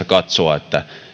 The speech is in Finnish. katsoa